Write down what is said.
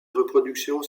reproduction